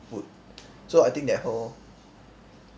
put so I think that whole